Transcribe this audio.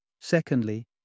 Secondly